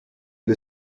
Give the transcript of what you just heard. для